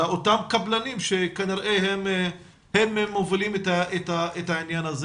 לאותם קבלנים שכנראה הם מובילים את העניין הזה